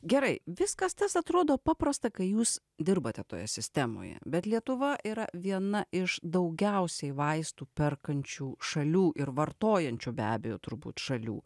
gerai viskas tas atrodo paprasta kai jūs dirbate toje sistemoje bet lietuva yra viena iš daugiausiai vaistų perkančių šalių ir vartojančių be abejo turbūt šalių